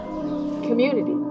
Community